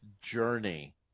journey